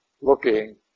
looking